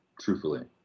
truthfully